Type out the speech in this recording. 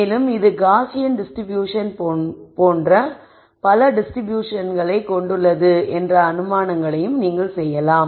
மேலும் இது Gaussian distribution போன்ற மற்றும் பல டிஸ்ட்ரிபியூஷன் கொண்டுள்ளது என்ற அனுமானங்களை நீங்கள் செய்யலாம்